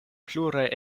pluraj